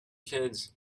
kids